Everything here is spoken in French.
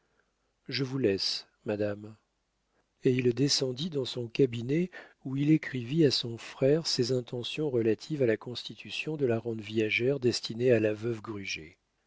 je vous laisse madame et il descendit dans son cabinet où il écrivit à son frère ses intentions relatives à la constitution de la rente viagère destinée à la veuve gruget